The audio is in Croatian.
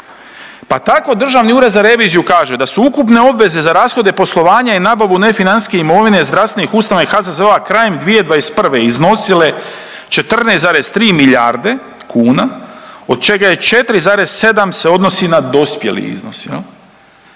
Pa tako Državni ured za reviziju kaže da su ukupne obveze za rashode poslovanja i nabavu nefinancijske imovine zdravstvenih ustanova i HZZO-a krajem 2021. iznosile 14,3 milijarde kuna, od čega 4,7 se odnosi na dospjeli iznos